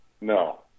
no